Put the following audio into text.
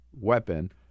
weapon